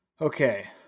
Okay